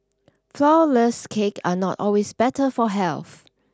flawless cakes are not always better for health